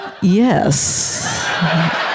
Yes